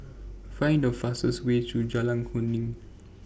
Find The fastest Way to Jalan Kuning